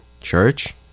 Church